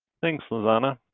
thanks, lizanna.